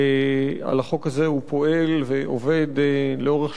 הוא פועל ועובד לאורך שלוש השנים האחרונות,